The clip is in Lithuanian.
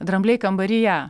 drambliai kambaryje